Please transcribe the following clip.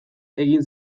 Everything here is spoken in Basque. egin